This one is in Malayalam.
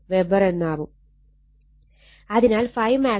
അതിനാൽ ∅max 0